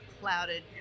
clouded